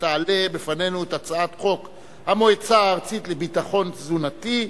שתעלה בפנינו את הצעת חוק המועצה הארצית לביטחון תזונתי.